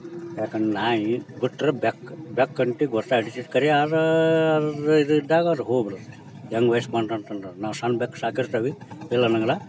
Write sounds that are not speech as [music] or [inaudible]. ಯಾಕಂದ್ರೆ ನಾಯಿ ಬಿಟ್ರೆ ಬೆಕ್ಕು ಬೆಕ್ಕಂಟಿ [unintelligible] ಖರೇ ಆರಾ ಅದು ಇದು ಇದ್ದಾಗ ಅದು ಹೋಗ್ಬಿಡುತ್ತೆ ಯಂಗ್ ವಯಸ್ಸು ಬಂತಂದ್ರೆ ನಾವು ಸಣ್ಣ ಬೆಕ್ಕು ಸಾಕಿರ್ತೀವಿ ಇಲ್ಲನ್ನಂಗಿಲ್ಲ